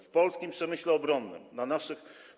W polskim przemyśle obronnym, na naszych.